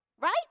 Right